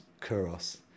Kuros